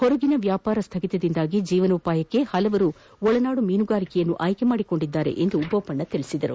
ಹೊರಗಿನ ವ್ಯಾಪಾರ ಸ್ಥಗಿತದಿಂದಾಗಿ ಜೀವನೋಪಾಯಕ್ಕೆ ಹಲವರು ಒಳನಾಡು ಮೀನುಗಾರಿಕೆಯನ್ನು ಆಯ್ದೆ ಮಾಡಿಕೊಂಡಿದ್ದಾರೆ ಎಂದು ಬೊಪಣ್ಣ ತಿಳಿಸಿದರು